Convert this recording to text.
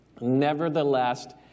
Nevertheless